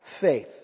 faith